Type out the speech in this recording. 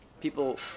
people